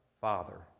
Father